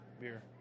beer